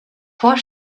what